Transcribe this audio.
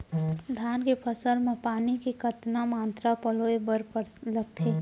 धान के फसल म पानी के कतना मात्रा पलोय बर लागथे?